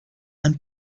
and